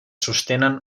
sostenen